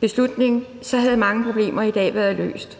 beslutning, havde mange problemer i dag været løst.